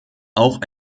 auch